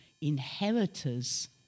inheritors